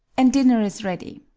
and dinner is ready.